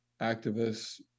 activists